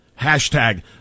Hashtag